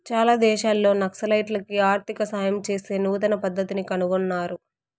చాలా దేశాల్లో నక్సలైట్లకి ఆర్థిక సాయం చేసే నూతన పద్దతిని కనుగొన్నారు